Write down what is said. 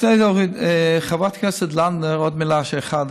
שני דברים, חברת הכנסת לנדבר, עוד מילה אחת.